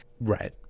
Right